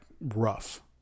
rough